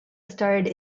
starred